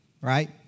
right